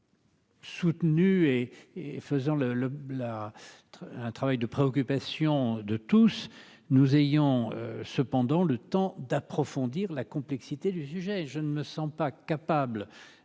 et faisant le le la, un travail de préoccupation de tous nous ayons cependant le temps d'approfondir la complexité du sujet, je ne me sens pas capable